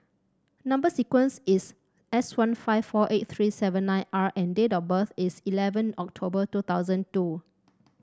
number sequence is S one five four eight three seven nine R and date of birth is eleven October two thousand two